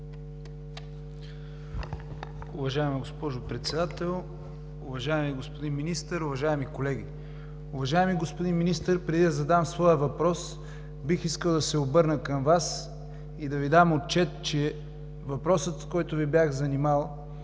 Уважаема госпожо Председател, уважаеми господин Министър, уважаеми колеги! Уважаеми господин Министър, преди да задам своя въпрос, бих искал да се обърна към Вас и да Ви дам отчет, че въпросът, с който Ви бях занимал,